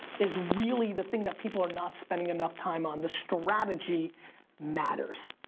is really the thing that people are not spending enough time on. the strategy matters.